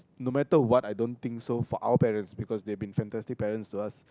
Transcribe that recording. no matter what I don't think so for our parents because they have been fantastic parents to us